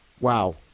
wow